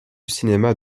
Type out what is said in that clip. cinéma